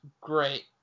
great